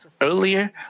earlier